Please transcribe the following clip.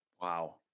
Wow